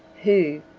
who,